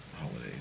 holidays